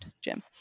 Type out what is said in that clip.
Jim